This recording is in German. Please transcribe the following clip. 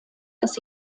das